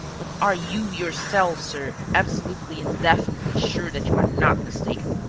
but are you yourself, sir, absolutely and definitely sure that you are not mistaken?